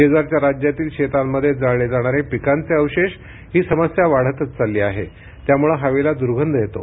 शेजारच्या राज्यातील शेतामध्ये जाळले जाणारे पिकांचे अवशेष ही समस्या वाढतच चालली आहे त्यामुळे हवेला दुर्गंध येतो